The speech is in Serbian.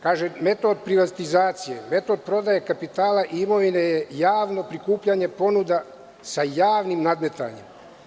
Kaže – metod privatizacije, metod prodaje kapitala i imovine je javno prikupljanje ponuda sa javnim nadmetanjem.